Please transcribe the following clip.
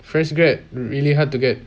fresh grad really hard to get